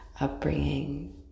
upbringing